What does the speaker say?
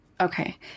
Okay